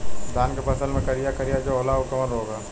धान के फसल मे करिया करिया जो होला ऊ कवन रोग ह?